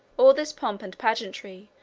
all this pomp and pageantry,